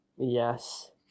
yes